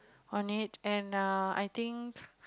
on it and err I think